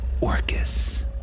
Orcus